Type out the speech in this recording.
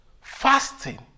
fasting